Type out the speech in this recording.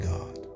God